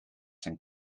zijn